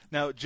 Now